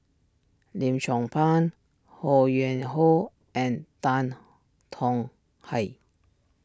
Lim Chong Pang Ho Yuen Hoe and Tan Tong Hye